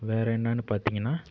வேறு என்னன்னு பார்த்திங்கன்னா